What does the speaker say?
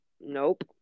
nope